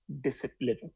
discipline